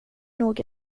nog